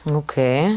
okay